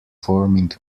forming